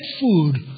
food